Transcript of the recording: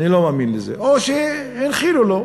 ואני לא מאמין לזה, או שהנחילו לו,